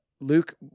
Luke